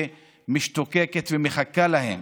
שמשתוקקת ומחכה להם.